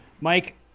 Mike